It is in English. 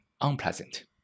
unpleasant